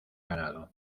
ganado